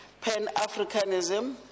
pan-Africanism